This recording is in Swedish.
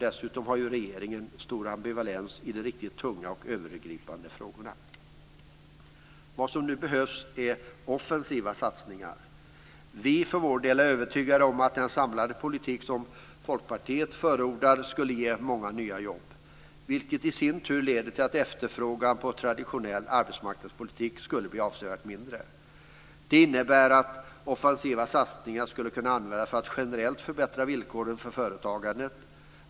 Dessutom har regeringen stor ambivalens i de riktigt tunga och övergripande frågorna. Vad som nu behövs är offensiva satsningar. Vi för vår del är övertygade om att den samlade politik som Folkpartiet förordar skulle ge många nya jobb. Det leder i sin tur till att efterfrågan på traditionell arbetsmarknadspolitik skulle bli avsevärt mindre. Det innebär att offensiva satsningar skulle kunna göras för att generellt förbättra villkoren för företagandet.